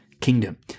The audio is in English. kingdom